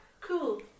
Cool